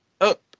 up